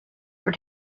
for